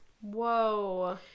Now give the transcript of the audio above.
whoa